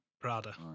Prada